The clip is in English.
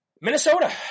Minnesota